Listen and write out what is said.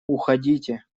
уходите